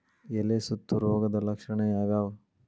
ಎಲೆ ಸುತ್ತು ರೋಗದ ಲಕ್ಷಣ ಯಾವ್ಯಾವ್?